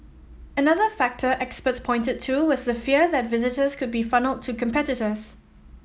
another factor experts pointed to was the fear that visitors could be funnelled to competitors